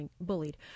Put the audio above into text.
bullied